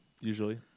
usually